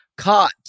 Caught